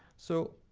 so,